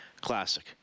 classic